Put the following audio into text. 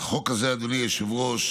החוק הזה, אדוני היושב-ראש,